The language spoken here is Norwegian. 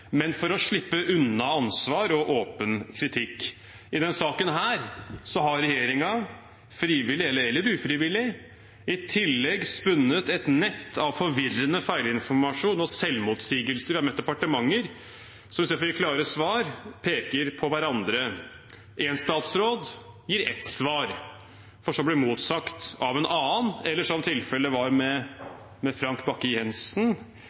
men for å slippe unna ansvar og åpen kritikk. I denne saken har regjeringen, frivillig eller ufrivillig, i tillegg spunnet et nett av forvirrende feilinformasjon og selvmotsigelser fra ulike departementer, som istedenfor å gi klare svar, peker på hverandre. Én statsråd gir ett svar, for så å bli motsagt av en annen, eller som tilfellet var